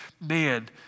man